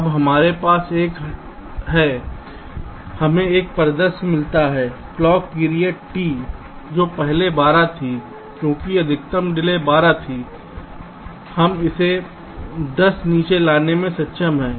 अब हमारे पास एक है हमें एक परिदृश्य मिलता है क्लॉक पीरियड T जो पहले 12 थी क्योंकि अधिकतम डिले 12 थी हम इसे 10 नीचे लाने में सक्षम हैं